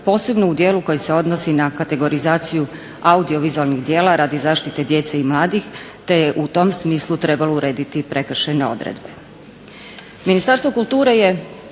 posebno u dijelu koji se odnosi na kategorizaciju audiovizualnih djela radi zaštite djece i mladih te je u tom smislu trebalo urediti prekršajne odredbe.